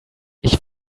ich